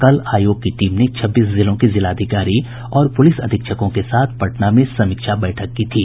कल आयोग की टीम ने छब्बीस जिलों के जिलाधिकारी और पुलिस अधीक्षकों के साथ पटना में समीक्षा बैठक की थी